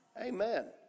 Amen